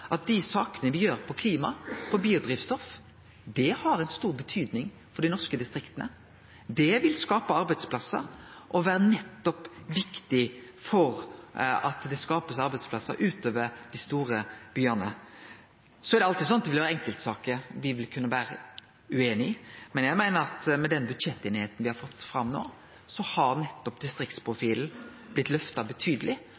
for dei norske distrikta, det vil skape arbeidsplassar og nettopp vere viktig for at det blir skapt arbeidsplassar utover dei store byane. Det vil alltid vere enkeltsaker me kan vere ueinige i, men eg meiner at med den budsjetteinigheita me har fått no, har nettopp